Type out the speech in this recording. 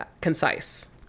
concise